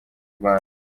rwanda